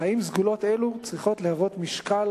אך האם סגולות אלו צריכות להוות משקל